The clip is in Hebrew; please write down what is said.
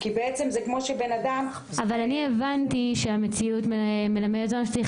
אבל אני הבנתי שהמציאות מלמדת אותנו שצריך